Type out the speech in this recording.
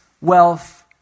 wealth